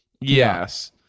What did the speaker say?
Yes